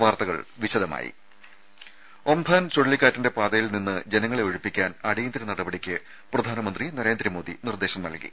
വാർത്തകൾ വിശദമായി ഒം ഫാൻ ചുഴലിക്കാറ്റിന്റെ പാതയിൽ നിന്ന് ജനങ്ങളെ ഒഴിപ്പിക്കാൻ അടിയന്തര നടപടിക്ക് പ്രധാനമന്ത്രി നരേന്ദ്രമോദി നിർദേശം നൽകി